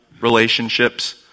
relationships